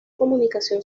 comunicación